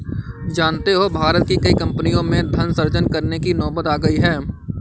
जानते हो भारत की कई कम्पनियों में धन सृजन करने की नौबत आ गई है